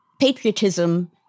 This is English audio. patriotism